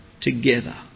together